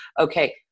okay